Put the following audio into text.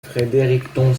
fredericton